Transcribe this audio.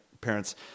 parents